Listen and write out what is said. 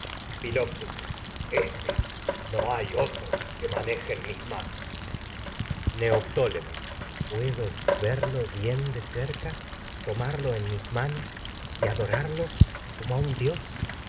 filoctetes este no hay otro que manejen mis manos neoptólemo mis puedo verlo bien de cerca tomarlo en manos y adorarlo puedes como a un dios